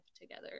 together